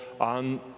on